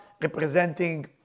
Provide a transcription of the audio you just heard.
representing